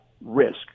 risk